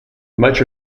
much